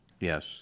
Yes